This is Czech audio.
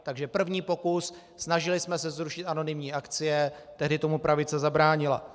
Takže první pokus, snažili jsme se zrušit anonymní akcie, tehdy tomu pravice zabránila.